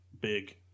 big